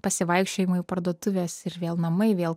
pasivaikščiojimai parduotuvės ir vėl namai vėl